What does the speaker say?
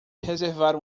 reservar